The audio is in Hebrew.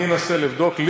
אני אנסה לבדוק.